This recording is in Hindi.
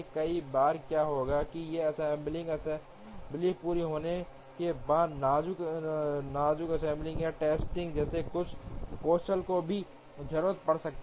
कई बार क्या होता है ये असेंबली असेंबली पूरी होने के बाद नाजुक असेंबली या टेस्टिंग जैसे कुछ कौशल की भी जरूरत पड़ सकती है